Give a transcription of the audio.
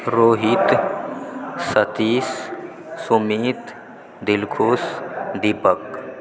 Rohit Satish Sumeet Dilkhush Deepak